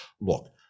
look